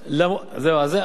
זהו, בבקשה.